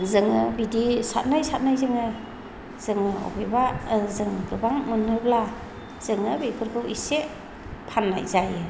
जोङो बिदि सारनाय सारनायजोंनो जोङो बबेबा जों गोबां मोननोब्ला जोङो बेफोरखौ एसे फाननाय जायो